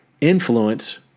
influence